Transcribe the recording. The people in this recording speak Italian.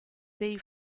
dei